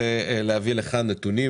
להביא לכאן נתונים.